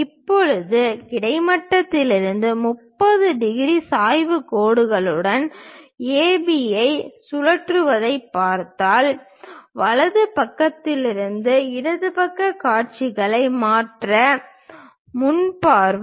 இப்போது கிடைமட்டத்திலிருந்து 30 டிகிரி சாய்வுக் கோடுடன் AB ஐ சுழற்றுவதைப் பார்த்தால் வலது பக்கத்திலிருந்து இடது பக்கக் காட்சியின் மற்ற முன் பார்வை